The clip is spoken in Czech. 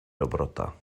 dobrota